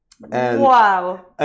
Wow